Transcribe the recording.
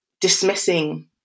dismissing